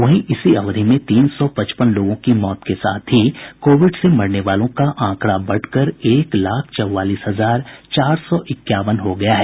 वहीं इसी अवधि में तीन सौ पचपन लोगों की मौत के साथ ही कोविड से मरने वालों का आंकड़ा बढ़कर एक लाख चौवालीस हजार चार सौ इक्यावन हो गया है